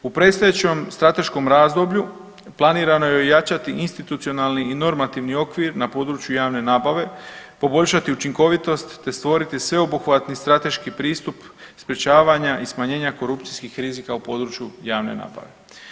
U predstojećem strateško razdoblju, planirano je ojačati institucionalni i normativni okvir na području javne nabave, poboljšati učinkovitost te stvoriti sveobuhvatni strateški pristup sprječavanja i smanjenja korupcijskih rizika u području javne nabave.